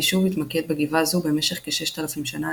היישוב התמקד בגבעה זו במשך כששת אלפים שנה,